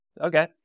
Okay